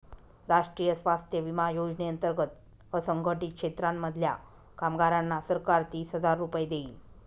राष्ट्रीय स्वास्थ्य विमा योजने अंतर्गत असंघटित क्षेत्रांमधल्या कामगारांना सरकार तीस हजार रुपये देईल